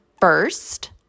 first